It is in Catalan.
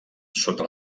sota